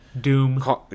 doom